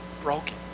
broken